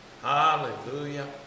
Hallelujah